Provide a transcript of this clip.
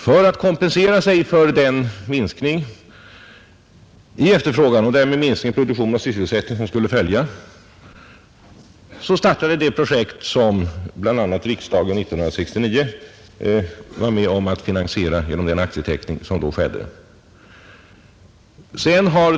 För att kompensera sig för den minskning i efterfrågan och därmed den minskning i produktion och sysselsättning som skulle följa gick företaget in på landsvägsfordon. Det var denna nyorientering som riksdagen 1969 var med om att finansiera genom den aktieteckning som då skedde.